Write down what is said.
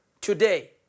today